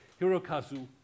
Hirokazu